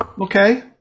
Okay